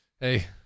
hey